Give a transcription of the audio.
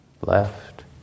left